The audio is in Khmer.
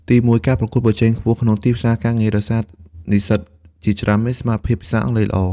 ទីមួយ ការប្រកួតប្រជែងខ្ពស់ក្នុងទីផ្សារការងារ ដោយសារនិស្សិតជាច្រើនមានសមត្ថភាពភាសាអង់គ្លេសល្អ។